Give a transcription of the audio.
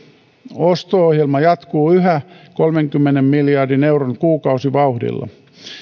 osto ohjelma jatkuu yhä kolmenkymmenen miljardin euron kuukausivauhdilla